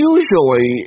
Usually